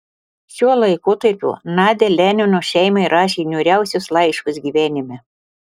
šiuo laikotarpiu nadia lenino šeimai rašė niūriausius laiškus gyvenime